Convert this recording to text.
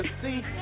see